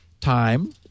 time